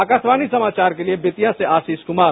आकाशवाणी समाचार के लिए बेतिया से आशीष कुमार